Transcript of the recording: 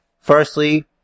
Firstly